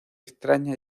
extraña